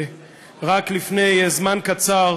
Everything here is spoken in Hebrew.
ורק לפני זמן קצר